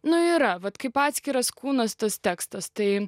nu yra vat kaip atskiras kūnas tas tekstas tai